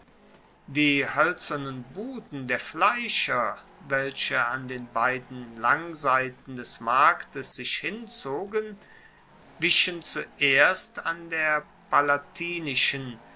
die hoelzernen buden der fleischer welche an den beiden langseiten des marktes sich hinzogen wichen zuerst an der